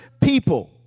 people